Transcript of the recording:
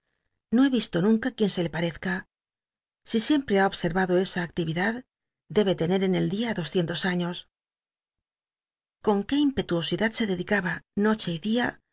no be visto nunca quien se le parezca si siempre ha observado esa en el dia doscientos años actividad debe tener con qué impetuosidad se dedicaba noche y tlia